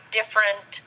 different